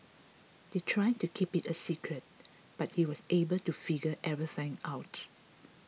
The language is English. they tried to keep it a secret but he was able to figure everything out